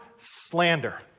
Slander